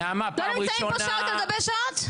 אנחנו לא נמצאים פה שעות על גבי שעות?